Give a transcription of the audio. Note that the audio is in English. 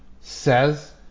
says